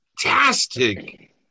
fantastic